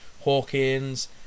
Hawkins